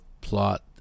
plot